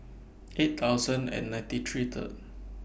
eight thousand and ninety three Third